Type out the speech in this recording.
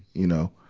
you know.